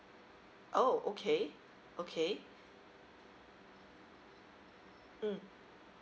oh okay okay mm